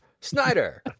Snyder